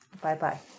Bye-bye